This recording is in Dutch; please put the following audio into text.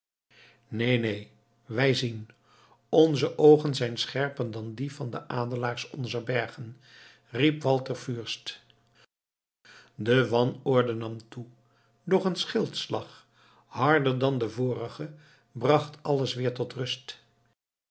neen neen wij zien onze oogen zijn scherper dan die van de adelaars onzer bergen riep walter fürst de wanorde nam toe doch een schildslag harder dan de vorige bracht alles weer tot rust